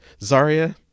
Zarya